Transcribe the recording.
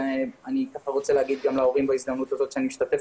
- ובהזדמנות זו אני רוצה לומר להורים שאני מאוד משתתף